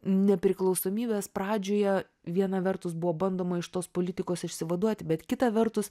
nepriklausomybės pradžioje viena vertus buvo bandoma iš tos politikos išsivaduoti bet kita vertus